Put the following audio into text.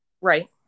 right